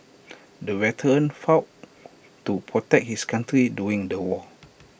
the veteran fought to protect his country during the war